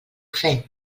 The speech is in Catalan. fer